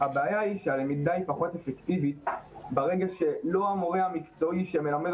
והבעיה היא שהלמידה היא פחות אפקטיבית ברגע שלא המורה המקצועי שמלמד